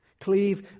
Cleave